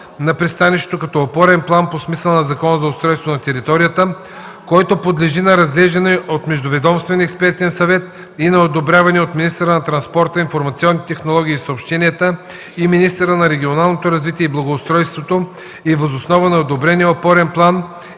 на пристанището като опорен план по смисъла на Закона за устройство на територията, който подлежи на разглеждане от междуведомствен експертен съвет и на одобряване от министъра на транспорта, информационните технологии и съобщенията и министъра на регионалното развитие и благоустройството, и въз основа на одобрения опорен план